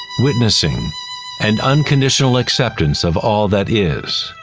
witnessing and unconditional acceptance of all that is.